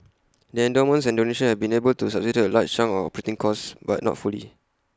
the endowments and donations have been able to subsidise A large chunk of operating costs but not fully